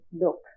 look